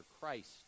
Christ